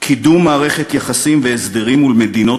קידום מערכת יחסים והסדרים מול מדינות